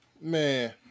Man